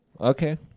Okay